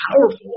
powerful